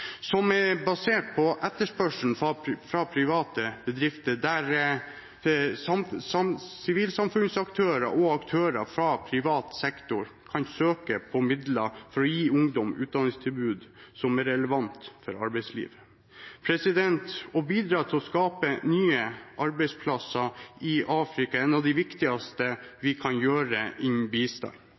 som er basert på etterspørsel fra private bedrifter, der sivilsamfunnsaktører og aktører fra privat sektor kan søke om midler til å gi ungdom utdanningstilbud som er relevante for arbeidslivet. Å bidra til å skape nye arbeidsplasser i Afrika er noe av det viktigste vi kan gjøre innen bistand.